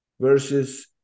versus